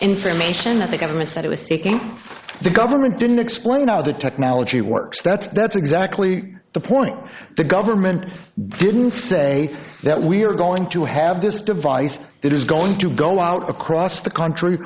information that the government said it was the government didn't explain how the technology works that's that's exactly the point the government didn't say that we are going to have this device that is going to go out across the country